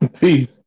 Peace